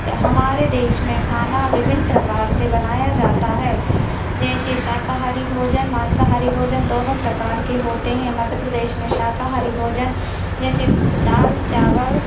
तो हमारे देश में खाना बिभिन्न प्रकार से बनाया जाता है जैसे शाकाहारी भोजन मांसाहारी भोजन दोनों प्रकार के होते हैं मध्य प्रदेश में शाकाहारी भोजन जैसे दाल चावल